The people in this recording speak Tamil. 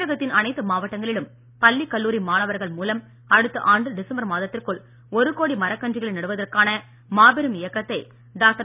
தமிழகத்தின் அனைத்து மாவட்டங்களிலும் பள்ளி கல்லூரி மாணவர்கள் மூலம் அடுத்த ஆண்டு டிசம்பர் மாதத்திற்குள் ஒரு கோடி மரக்கன்றுகளை நடுவதற்கான மாபெரும் இயக்கத்தை டாக்டர்